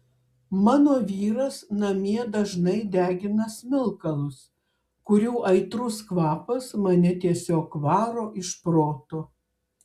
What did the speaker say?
mano vyras namie dažnai degina smilkalus kurių aitrus kvapas mane tiesiog varo iš proto